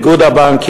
ועם איגוד הבנקים,